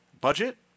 Budget